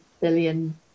billion